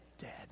dead